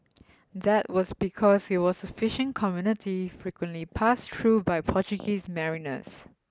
that was because it was a fishing community frequently passed through by Portuguese mariners